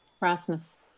Rasmus